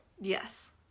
Yes